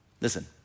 Listen